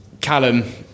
Callum